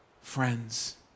Friends